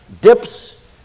dips